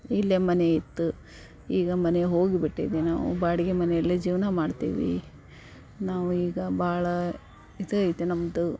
ಇಲ್ಲೇ ಮನೆ ಇತ್ತು ಈಗ ಮನೆ ಹೋಗಿಬಿಟ್ಟಿದೆ ನಾವು ಬಾಡಿಗೆ ಮನೆಯಲ್ಲಿ ಜೀವನ ಮಾಡ್ತೀವಿ ನಾವು ಈಗ ಭಾಳ ಇದೈತೆ ನಮ್ಮದು